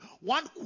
one